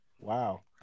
Wow